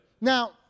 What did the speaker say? Now